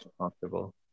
comfortable